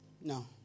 No